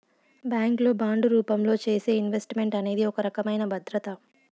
bank లో bond రూపంలో చేసే ఇన్వెస్ట్ మెంట్ అనేది ఒక రకమైన భద్రత